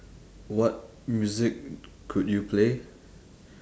what music could you play